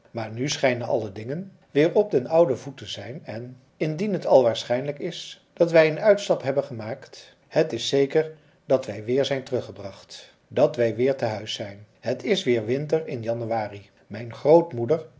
maar nu schijnen alle dingen weer op den ouden voet te zijn en indien het al waarschijnlijk is dat wij een uitstap hebben gemaakt het is zeker dat wij weer zijn teruggebracht dat wij weer tehuis zijn het is weer winter in januari mijn grootmoeder